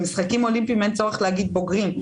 במשחקים אולימפיים אין צורך לומר בוגרים.